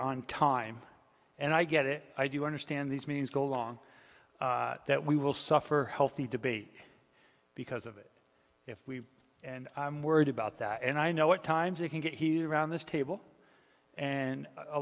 on time and i get it i do understand these means go along that we will suffer healthy debate because of it if we and i'm worried about that and i know what times you can get he around this table and a